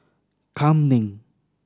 Kam Ning